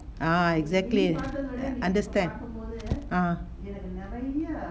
ah exactly understand ah